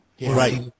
Right